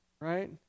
Right